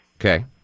Okay